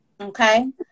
okay